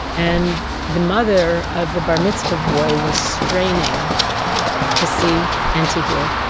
and the mother of the bar mitzvah boy was straining to see and to hear.